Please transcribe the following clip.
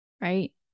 right